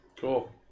cool